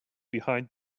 behind